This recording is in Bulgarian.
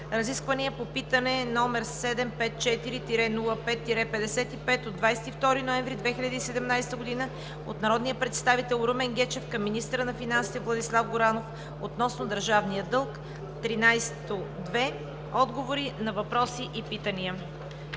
Разисквания по питане № 754-05-55 от 22 ноември 2017 г. от народния представител Румен Гечев към министъра на финансите Владислав Горанов относно държавния дълг; 13.2. Отговори на въпроси и питания.